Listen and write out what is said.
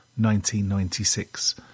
1996